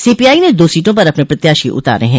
CPI ने दो सीटों पर अपने प्रत्याशी उतारे हैं